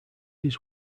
his